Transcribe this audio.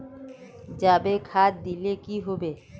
जाबे खाद दिले की होबे?